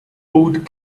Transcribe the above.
old